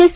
S